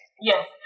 Yes